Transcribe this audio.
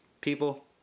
people